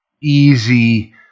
easy